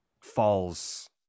falls